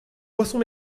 boisson